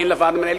ואין לה ועד מנהל.